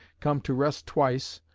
come to rest twice,